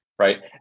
Right